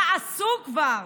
תעשו כבר.